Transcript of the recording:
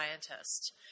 scientist